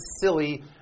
silly